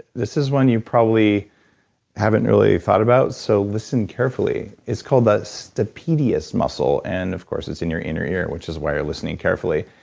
this is one you probably haven't really thought about, so listen carefully. it's called the stapedius muscle and, of course, it's in your inner ear, which is why you're listening carefully.